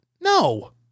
No